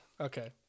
Okay